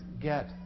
get